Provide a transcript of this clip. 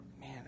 man